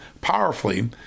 powerfully